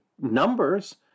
numbers